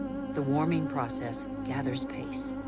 the warming process gathers pace.